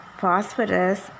phosphorus